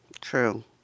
True